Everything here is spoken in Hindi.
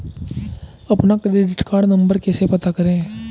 अपना क्रेडिट कार्ड नंबर कैसे पता करें?